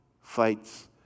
fights